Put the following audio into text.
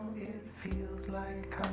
feels like